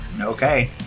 Okay